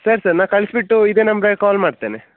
ಸರಿ ಸರ್ ನಾನು ಕಳಿಸ್ಬಿಟ್ಟು ಇದೆ ನಂಬರಿಗೆ ಕಾಲ್ ಮಾಡ್ತೇನೆ